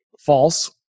false